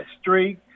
streak